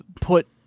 put